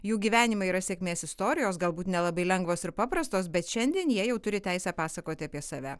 jų gyvenimai yra sėkmės istorijos galbūt nelabai lengvos ir paprastos bet šiandien jie jau turi teisę pasakoti apie save